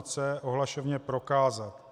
c) ohlašovně prokázat.